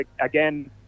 again